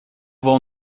vou